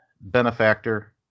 benefactor